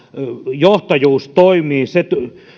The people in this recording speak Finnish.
johtajuus toimii